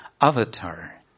avatar